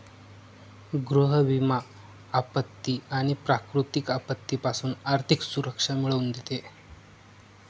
गृह विमा आपत्ती आणि प्राकृतिक आपत्तीपासून आर्थिक सुरक्षा मिळवून देते